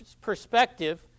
perspective